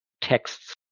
texts